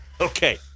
Okay